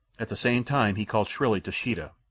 at the same time he called shrilly to sheeta,